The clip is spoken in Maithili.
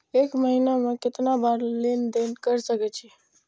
एक महीना में केतना बार लेन देन कर सके छी?